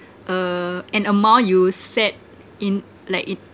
uh an amount you s~ set in let it